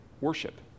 worship